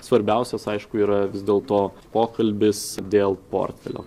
svarbiausias aišku yra vis dėlto pokalbis dėl portfelio